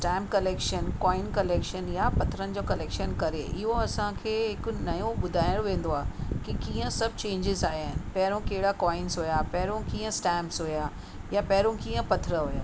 stamp collection coin collection या पत्थरनि जो कलेक्शन करे इहो असांखे हिकु नओं ॿुधायो वेंदो आहे की कीअं सभु चैंजिस आया आहिनि पहिरियों कहिड़ा कॉइन्स हुया पहिरियों कहिड़ा स्टेम्पस हुया या पहिरियों कीअं पत्थर हुया